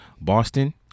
Boston